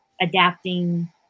adapting